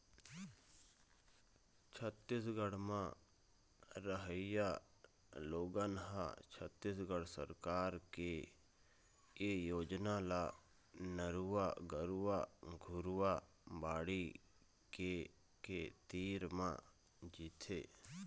छत्तीसगढ़ म रहइया लोगन ह छत्तीसगढ़ सरकार के ए योजना ल नरूवा, गरूवा, घुरूवा, बाड़ी के के तीर म जीथे